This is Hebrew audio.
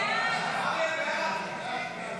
הוועדה, נתקבל.